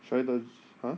should I don't ha